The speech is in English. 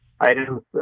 items